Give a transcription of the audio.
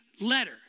letter